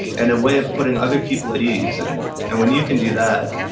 and a way of putting other people at ease. and and when you can do that,